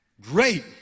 great